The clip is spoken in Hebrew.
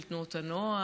של תנועות הנוער,